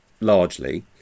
largely